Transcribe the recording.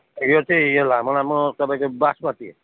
यो चाहिँ यो लामो लामो तपाईँको बासमती